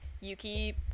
Yuki